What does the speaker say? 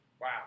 Wow